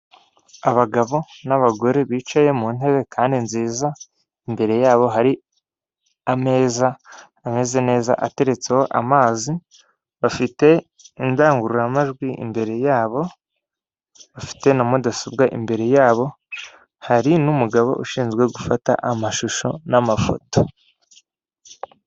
Abagabo n'abagore bicaye mu ntebe kandi nziza imbere yabo hari ameza ameze neza ateretseho amazi, bafite indangururamajwi imbere yabo bafite na mudasobwa imbere yabo hari n'umugabo ushinzwe gufata amashusho n'amafoto.